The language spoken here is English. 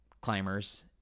climbers